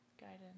guidance